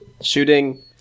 shooting